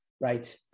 Right